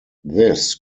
this